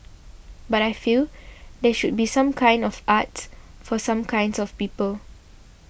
but I feel there should be some kinds of arts for some kinds of people